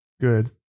good